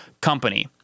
company